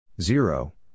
Zero